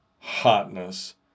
hotness